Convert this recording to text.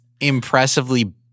impressively